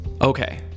Okay